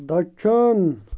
دٔچھُن